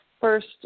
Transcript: first